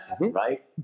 right